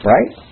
Right